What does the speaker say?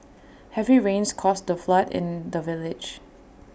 heavy rains caused A flood in the village